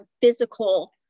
physical